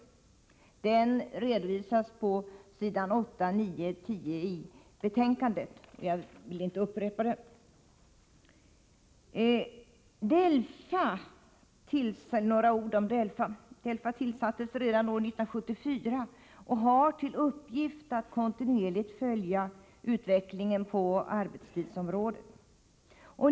Den redovisas på s. 8, 9 och 10 i betänkandet. Jag vill inte upprepa vad som där står. DELFA tillsattes redan år 1974 och har till uppgift att kontinuerligt följa utvecklingen på arbetstidsområdet.